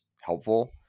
helpful